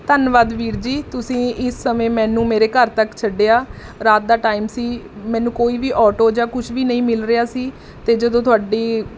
ਧੰਨਵਾਦ ਵੀਰ ਜੀ ਤੁਸੀਂ ਇਸ ਸਮੇਂ ਮੈਨੂੰ ਮੇਰੇ ਘਰ ਤੱਕ ਛੱਡਿਆ ਰਾਤ ਦਾ ਟਾਈਮ ਸੀ ਮੈਨੂੰ ਕੋਈ ਵੀ ਓਟੋ ਜਾਂ ਕੁਛ ਵੀ ਨਹੀਂ ਮਿਲ ਰਿਹਾ ਸੀ ਅਤੇ ਜਦੋਂ ਤੁਹਾਡੀ